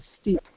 steep